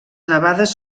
nevades